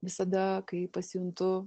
visada kai pasijuntu